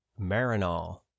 Marinol